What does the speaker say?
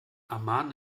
amman